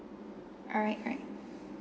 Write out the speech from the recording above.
alright right